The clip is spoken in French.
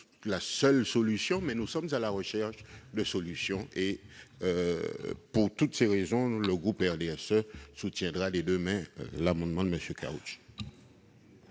la seule solution, mais nous sommes à la recherche de solutions. Pour toutes ces raisons, le groupe RDSE votera, je le répète, l'amendement de M. Karoutchi.